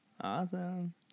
Awesome